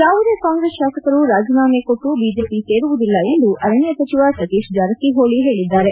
ಯಾವುದೇ ಕಾಂಗ್ರೆಸ್ ಶಾಸಕರು ರಾಜೀನಾಮೆ ಕೊಟ್ಲು ಬಿಜೆಪಿ ಸೇರುವುದಿಲ್ಲ ಎಂದು ಅರಣ್ಯ ಸಚಿವ ಸತೀಶ್ ಜಾರಕಿಹೊಳ ಹೇಳಿದ್ದಾರೆ